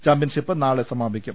championship നാളെ സമാപിക്കും